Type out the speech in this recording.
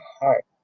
heart